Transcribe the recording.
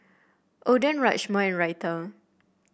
Oden Rajma and Raita